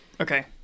Okay